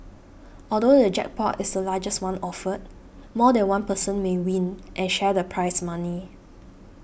although the jackpot is the largest one offered more than one person may win and share the prize money